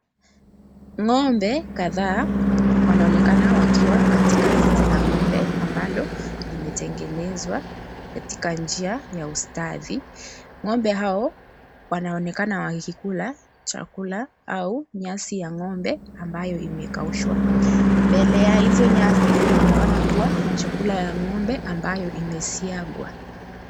Ng'ombe kadhaa wanaonekana wakiwa katika zizi la ng'ombe ambalo limetengenezwa katika njia ya ustadi. Ng'ombe hao wanaonekana wakikula chakula au nyasi ya ng'ombe ambayo imekaushwa. Mbele ya hizo nyasi kunaonekana kuwa na chakula ya ng'ombe ambayo imeshakwa.